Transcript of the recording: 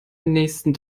nächsten